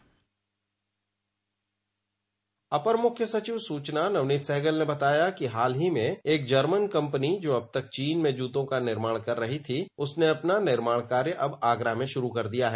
एक रिपोर्ट अपर मुख्य सचिव सूचना नवनीत सहगल ने बताया कि हाल ही में एक जर्मन कंपनी जो अब तक चीन में जूतों का निर्माण कर रही थी उसने अपना निर्माण कार्य अब आगरा में शुरू कर दिया है